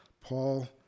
Paul